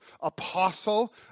apostle